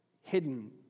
hidden